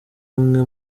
umwe